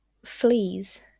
fleas